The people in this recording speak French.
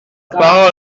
parole